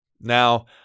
Now